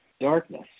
darkness